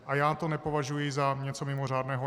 A já to nepovažuji za něco mimořádného.